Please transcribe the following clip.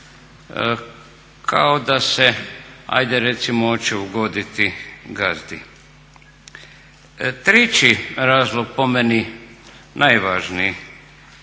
kao da se ajde recimo oče ugoditi gazdi. Treći razlog po meni najvažniji